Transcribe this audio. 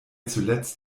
zuletzt